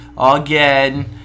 again